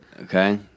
okay